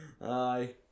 Aye